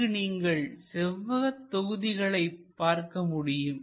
இங்கு நீங்கள் செவ்வக தொகுதிகளை பார்க்க முடியும்